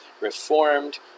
reformed